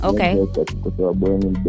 Okay